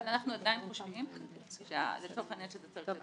אבל אנחנו עדיין חושבים שלצורך העניין שזה צריך להידון.